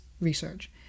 research